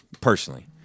personally